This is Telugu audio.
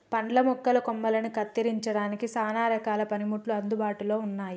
పండ్ల మొక్కల కొమ్మలని కత్తిరించడానికి సానా రకాల పనిముట్లు అందుబాటులో ఉన్నాయి